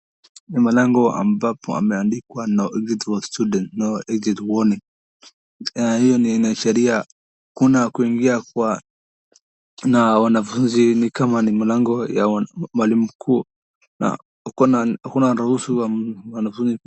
Ni mlango ambao umeandikwa [c]no exit for students no exit warning na hiyo inaashiria hakuna kuingia kwa wanafunzi ni kama ni mlango ya mwalimu mkuu na hawaruhusu wanafunzi.